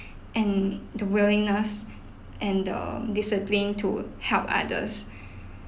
and the willingness and the discipline to help others